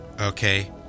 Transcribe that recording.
Okay